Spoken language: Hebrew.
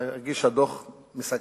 והיא הגישה דוח מסכם,